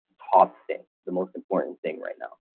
top thing, the most important thing right now